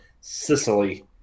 Sicily